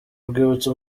rwibutso